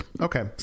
Okay